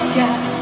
yes